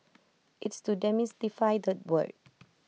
it's to demystify that word